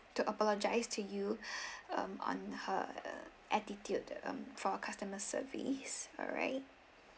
to apologise to you um on her attitude to um for our customer service alright